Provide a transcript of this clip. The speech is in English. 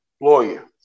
Lawyer